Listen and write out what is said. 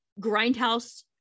grindhouse